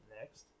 Next